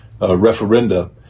referenda